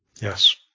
Yes